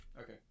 Okay